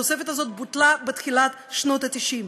התוספת הזאת בוטלה בתחילת שנות ה-90,